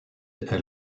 est